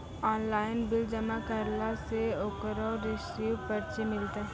Online bill जमा करला से ओकरौ रिसीव पर्ची मिलतै?